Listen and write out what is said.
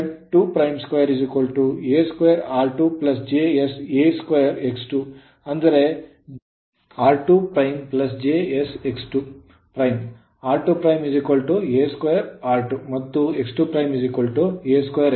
Z2 a2 r2 j s a2 X 2 ಅಂದರೆ is r2' j S X 2' r2' a2 r2 ಮತ್ತು X 2 ' a2 X 2